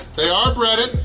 they are breaded,